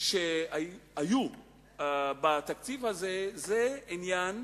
שהיו בתקציב הזה זה העניין